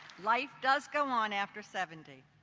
life does go on after seventy.